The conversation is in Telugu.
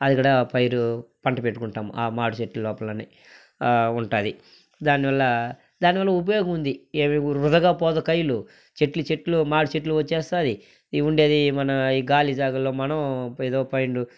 అది కూడా పైరు పంట పెట్టుకుంటాం ఆ మాడిచెట్టు లోపలనే ఉంటాది దాని వల్ల దాని వల్ల ఉపయోగముంది ఏది వృధాగా పోదు కయ్యిలు చెట్లు చెట్లు మాది చెట్లు వచ్చేస్తాది ఇవుండేది మన గాలి జాగాలో మనం ఏదో పైండు